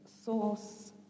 source